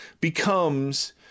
becomes